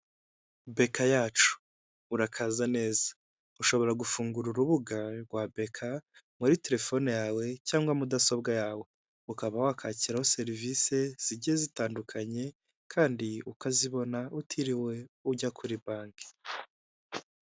Beka yacu! Urakaza neza. Ushobora gufungura urubuga rwa beka muri telefone yawe, cyangwa mudasobwa yawe. Ukaba wakakiraho serivise zigiye zitandukanye, kandi ukazibona utiriwe ujya kuri banki.